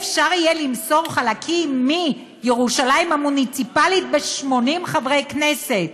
שלא יהיה אפשרי למסור חלקים מירושלים המוניציפלית ב-80 חברי כנסת,